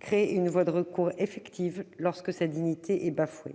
de créer une voie de recours effective lorsque la dignité du détenu est bafouée.